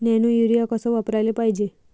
Nano urea कस वापराले पायजे?